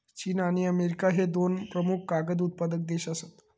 चीन आणि अमेरिका ह्ये दोन प्रमुख कागद उत्पादक देश आसत